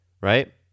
right